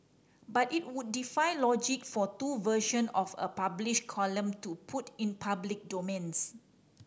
but it would defy logic for two version of a published column to put in public domains